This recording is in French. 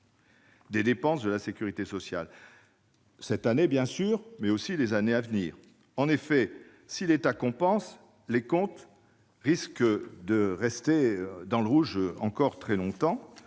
des dépenses de la sécurité sociale, cette année, bien sûr, mais aussi les années à venir. En effet, même si l'État compense, les comptes risquent de rester dans le rouge encore très longtemps.